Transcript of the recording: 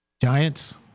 Giants